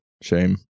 Shame